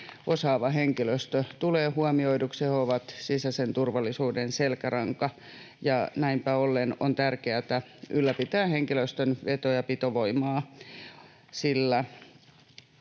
osaava henkilöstö tulee huomioiduksi. He ovat sisäisen turvallisuuden selkäranka, ja näinpä ollen on tärkeätä ylläpitää henkilöstön veto- ja pitovoimaa,